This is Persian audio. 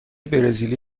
برزیلی